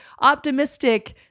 optimistic